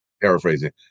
paraphrasing